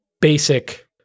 basic